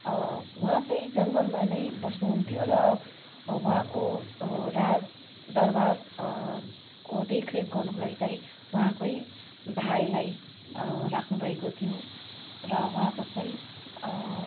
उहाँ चाहिँ जङ्गलमा नै बस्नु हुन्थ्यो र उहाँको राज दरबारको देखरेख गर्नुको लागि चाहिँ उहाँकै भाइलाई राख्नु भएको थियो र उहाँको चाहिँ